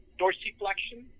dorsiflexion